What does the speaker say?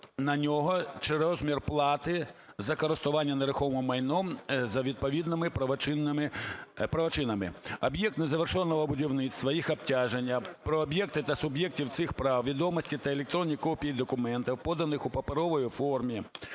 на нього чи розмір плати за користуванням нерухомим майном за відповідними правочинами, об'єкт незавершеного будівництва, їх обтяження, про об'єкти та суб'єктів цих прав, відомості та електронні копії документів, поданих у паперовій формі,